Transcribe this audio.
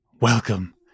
welcome